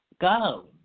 go